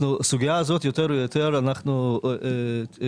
הסוגייה הזאת יותר ויותר אנחנו פוגשים